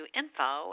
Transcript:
info